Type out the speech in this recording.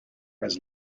was